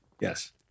Yes